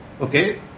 okay